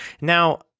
Now